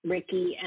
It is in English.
Ricky